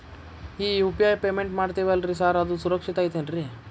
ಈ UPI payment ಮಾಡ್ತೇವಿ ಅಲ್ರಿ ಸಾರ್ ಅದು ಸುರಕ್ಷಿತ್ ಐತ್ ಏನ್ರಿ?